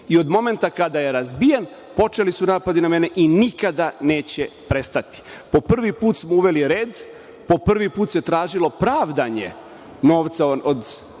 I od momenta kada je razbijen počeli su napadi na mene i nikada neće prestati. Po prvi put smo uveli red, po prvi put se tražilo pravdanje novca od